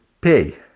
pay